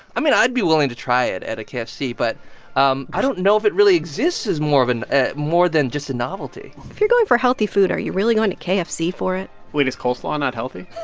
i mean, i'd be willing to try it at a kfc. but um i don't know if it really exists as more of and a more than just a novelty if you're going for healthy food, are you really going to kfc for it? wait. is coleslaw not healthy?